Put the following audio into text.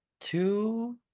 two